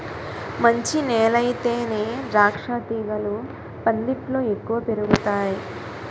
మంచి నేలయితేనే ద్రాక్షతీగలు పందిట్లో ఎక్కువ పెరుగతాయ్